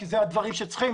כי זה הדברים שצריכים,